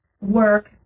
work